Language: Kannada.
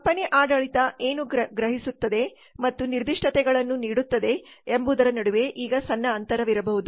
ಕಂಪನಿ ಆಡಳಿತ ಏನು ಗ್ರಹಿಸುತ್ತದೆ ಮತ್ತು ನಿರ್ದಿಷ್ಟತೆಗಳನ್ನು ನೀಡುತ್ತದೆ ಎಂಬುದರ ನಡುವೆ ಈಗ ಸಣ್ಣ ಅಂತರವಿರಬಹುದು